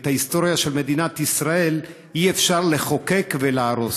את ההיסטוריה של מדינת ישראל אי-אפשר לחוקק ולהרוס.